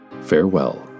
Farewell